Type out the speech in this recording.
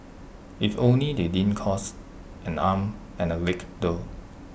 if only they didn't cost and arm and A leg though